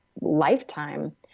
lifetime